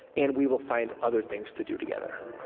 and we will find other things to do together.